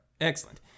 Excellent